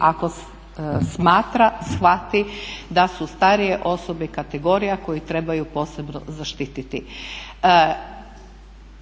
ako smatra, shvati da su starije osobe kategorija koju trebaju posebno zaštititi,